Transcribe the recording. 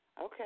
Okay